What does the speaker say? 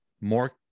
more